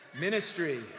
ministry